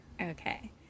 Okay